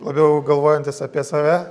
labiau galvojantys apie save